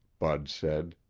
bud said,